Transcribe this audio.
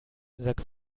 sag